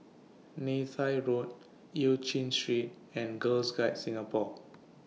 Neythai Road EU Chin Street and Girls Guides Singapore